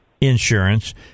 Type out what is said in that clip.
insurance